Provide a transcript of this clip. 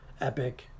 Epic